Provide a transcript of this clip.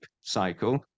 cycle